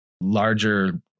larger